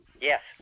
Yes